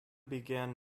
began